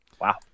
Wow